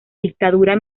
dictadura